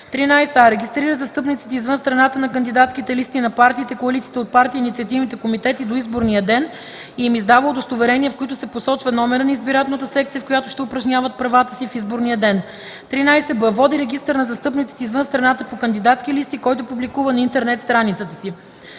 „13а. регистрира застъпниците извън страната на кандидатските листи на партиите, коалициите от партии и инициативните комитети до изборния ден и им издава удостоверения, в които се посочва номерът на избирателната секция, в която ще упражняват правата си в изборния ден; 13б. води регистър на застъпниците извън страната по кандидатски листи, който публикува на интернет страницата си;”